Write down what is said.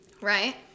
right